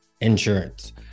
insurance